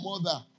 mother